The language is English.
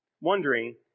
wondering